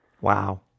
Wow